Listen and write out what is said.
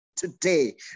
Today